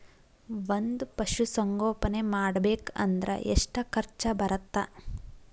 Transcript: ಒಂದ್ ಪಶುಸಂಗೋಪನೆ ಮಾಡ್ಬೇಕ್ ಅಂದ್ರ ಎಷ್ಟ ಖರ್ಚ್ ಬರತ್ತ?